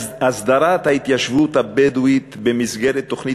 הסדרת ההתיישבות הבדואית במסגרת תוכנית